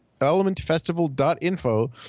elementfestival.info